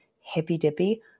hippy-dippy